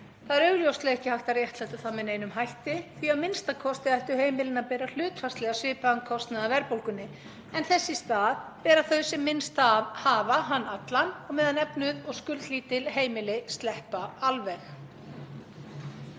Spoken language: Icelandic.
Það er augljóslega ekki hægt að réttlæta það með neinum hætti því a.m.k. ættu heimilin að bera hlutfallslega svipaðan kostnað af verðbólgunni en þess í stað bera þau sem minnst hafa hann allan, á meðan efnuð og skuldlítil heimili sleppa alveg.